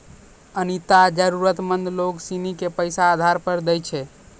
अनीता जरूरतमंद लोग सिनी के पैसा उधार पर दैय छै